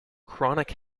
chronic